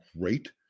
great